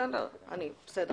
אני חושבת